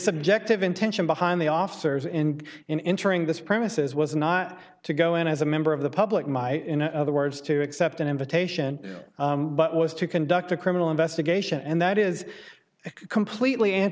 objective intention behind the officers in in entering this premises was not to go in as a member of the public might in other words to accept an invitation but was to conduct a criminal investigation and that is completely an